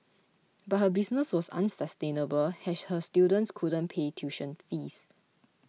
but her business was unsustainable as her students couldn't pay tuition fees